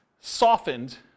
softened